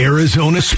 Arizona